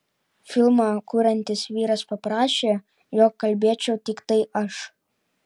filmą kuriantis vyras paprašė jog kalbėčiau tiktai aš